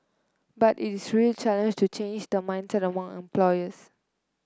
but it is real challenge to change the mindset among employers